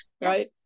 Right